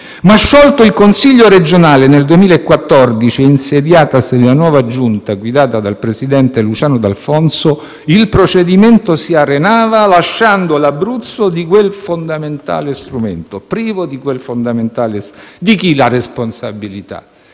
ma sciolto il consiglio regionale nel 2014 e insediatasi la nuova Giunta guidata dal presidente Luciano D'Alfonso il procedimento si arenava, lasciando l'Abruzzo privo di quel fondamentale strumento. Di chi è la responsabilità?